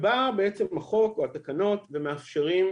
החוק והתקנות באים ומאפשרים,